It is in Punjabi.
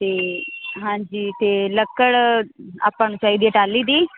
ਤੇ ਹਾਂਜੀ ਤੇ ਲੱਕੜ ਆਪਾਂ ਨੂੰ ਚਾਈਦੀ ਐ ਟਾਹਲੀ ਦੀ